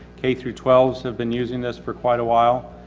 k through twelve s have been using this for quite a while.